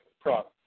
product